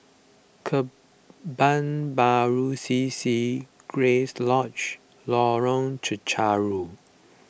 Kebun Baru C C Grace Lodge and Lorong Chencharu